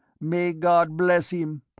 may god bless him.